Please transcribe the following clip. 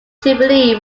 jubilee